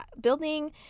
building